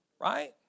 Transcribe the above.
Right